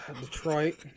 Detroit